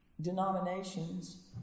denominations